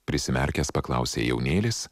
prisimerkęs paklausė jaunėlis